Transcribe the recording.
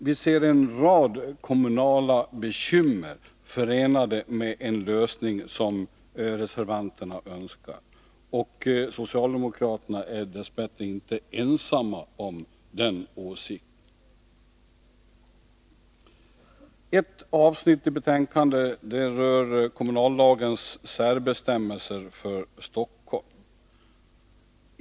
Vi ser en rad kommunala bekymmer förenade med den lösning som reservanterna önskar. Socialdemokraterna är dess bättre inte ensamma om den åsikten. Ett avsnitt i betänkandet rör kommunallagens särbestämmelser för Stockholm.